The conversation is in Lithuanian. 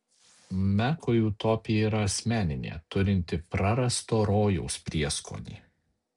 mekui utopija yra asmeninė turinti prarasto rojaus prieskonį